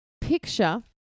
picture